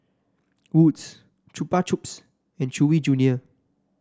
Wood's Chupa Chups and Chewy Junior